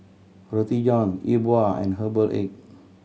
Roti John E Bua and herbal egg